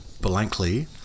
blankly